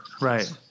Right